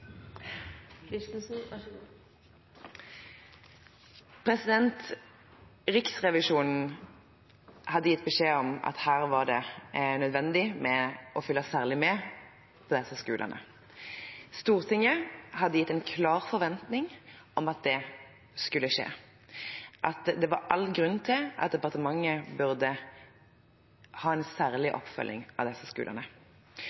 Riksrevisjonen hadde gitt beskjed om at her var det nødvendig å følge særlig med på disse skolene. Stortinget hadde gitt en klar forventning om at det skulle skje, at det var all grunn til at departementet burde ha en særlig